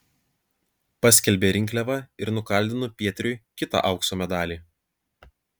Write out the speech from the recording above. paskelbė rinkliavą ir nukaldino pietriui kitą aukso medalį